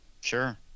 Sure